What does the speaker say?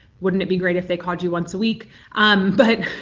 wouldn't it be great if they called you once a week but